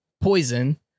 Poison